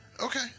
Okay